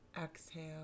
Exhale